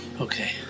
Okay